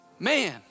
Man